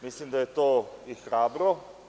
Mislim da je to i hrabro.